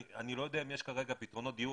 אני לא יודע אם יש כרגע פתרונות דיור